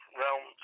realm